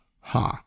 Huh